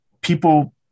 People